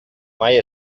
mai